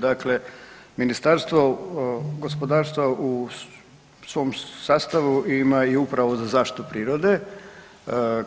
Dakle, Ministarstvo gospodarstva u svom sastavu ima i Upravu za zaštitu prirode